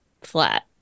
flat